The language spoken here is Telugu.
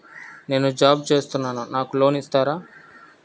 నేను జాబ్ చేస్తున్నాను నాకు లోన్ ఇస్తారా?